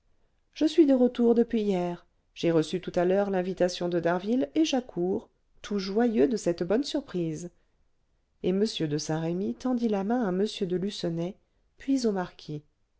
je suis de retour depuis hier j'ai reçu tout à l'heure l'invitation de d'harville et j'accours tout joyeux de cette bonne surprise et m de saint-remy tendit la main à m de lucenay puis au marquis